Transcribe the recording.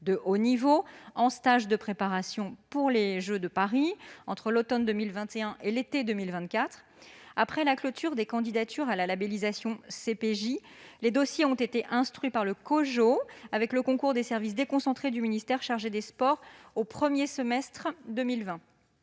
de haut niveau en stage de préparation pour les jeux de Paris, entre l'automne 2021 et l'été 2024. Après la clôture des candidatures à la labellisation CPJ, les dossiers ont été instruits par le COJO, avec le concours des services déconcentrés du ministère chargé des sports au premier semestre de 2020.